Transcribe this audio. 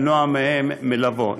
למנוע מהם לבוא.